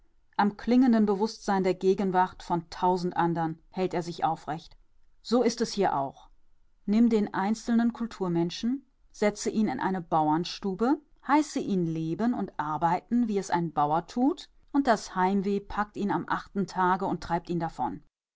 am klingenden bewußtsein der gegenwart von tausend anderen hält er sich aufrecht so ist es hier auch nimm den einzelnen kulturmenschen setze ihn in eine bauernstube heiße ihn leben und arbeiten wie es ein bauer tut und das heimweh packt ihn am achten tage und treibt ihn davon